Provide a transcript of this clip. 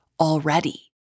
already